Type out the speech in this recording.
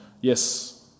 yes